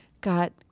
got